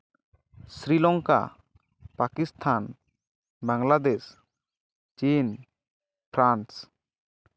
Sri Lanka Pakistan Bangladesh China France